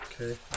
Okay